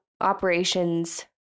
operations